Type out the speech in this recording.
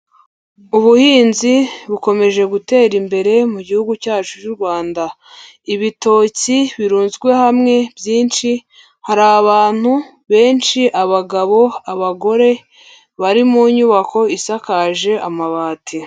Ubuhinzi bukomeje gutera imbere mu gihugu cyacu cy'u Rwanda. Ibitoki birunzwe hamwe byinshi, hari abantu benshi, abagabo, abagore, bari mu nyubako isakaje amabati.